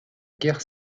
guerre